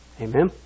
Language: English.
Amen